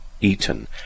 eaten